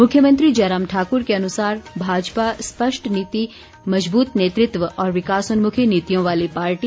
मुख्यमंत्री जयराम ठाकुर के अनुसार भाजपा स्पष्ट नीति मज़बूत नेतृत्व और विकासोन्मुखी नीतियों वाली पार्टी